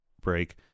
break